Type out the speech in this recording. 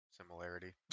similarity